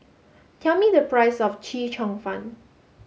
tell me the price of Chee Cheong Fun